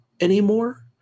anymore